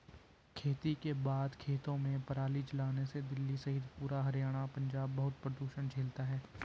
खेती के बाद खेतों में पराली जलाने से दिल्ली सहित पूरा हरियाणा और पंजाब बहुत प्रदूषण झेलता है